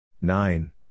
Nine